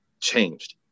changed